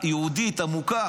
יהודית עמוקה.